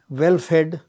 well-fed